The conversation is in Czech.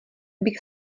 bych